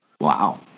Wow